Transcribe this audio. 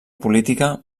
política